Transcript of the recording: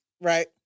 right